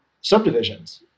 subdivisions